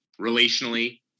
relationally